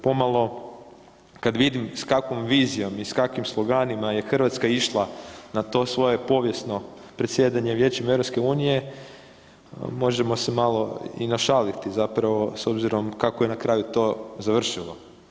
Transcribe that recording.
Pomalo kad vidim s kakvom vizijom i s kakvim sloganima je Hrvatska išla na to svoje povijesno predsjedanje Vijećem EU možemo se malo i našaliti zapravo s obzirom kako je na kraju to završilo.